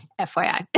FYI